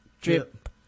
drip